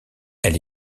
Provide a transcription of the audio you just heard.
elle